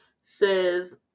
says